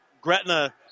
Gretna